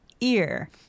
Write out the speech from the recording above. ear